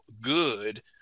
good